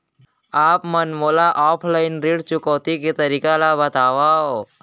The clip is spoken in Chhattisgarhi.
आप मन मोला ऑफलाइन ऋण चुकौती के तरीका ल बतावव?